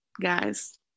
guys